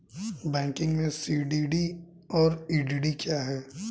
Banking में CDD और EDD क्या हैं?